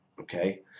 okay